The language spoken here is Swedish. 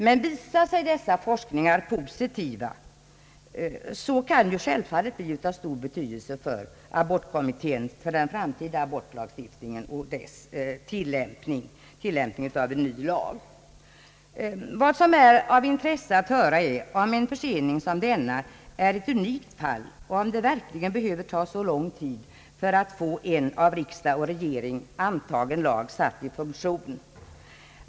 Men visar sig dessa forskningar positiva kan de självfallet bli av stor betydelse för abortkommittén, för den framtida abortlagstiftningen och för tillämpningen av en ny lag. Vad som är av intresse att höra är om en försening som denna är ett unikt fall och om det verkligen behöver ta så lång tid för att få en av riksdag och regering antagen lag satt i funktion.